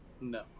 No